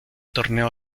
torneo